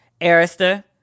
Arista